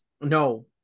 No